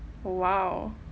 !wow!